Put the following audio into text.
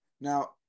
Now